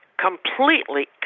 Completely